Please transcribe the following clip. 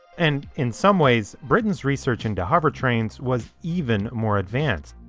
and in some ways, britain's research into hovertrains was even more advanced.